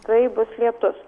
tai bus lietus